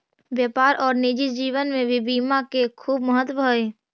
व्यापार और निजी जीवन में भी बीमा के खूब महत्व हई